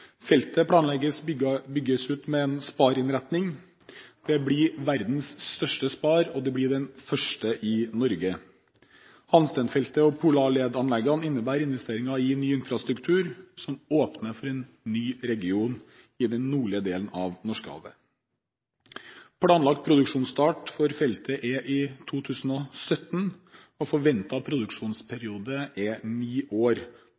Feltet planlegges bygget ut med en Spar-innretning. Det blir verdens største Spar-innretning, og det blir den første i Norge. Hansteen-feltet og Polarledanleggene innebærer investering i ny infrastruktur som åpner for en region i den nordlige delen av Norskehavet. Planlagt produksjonsstart for feltet er 2017, og forventet produksjonsperiode er ni år.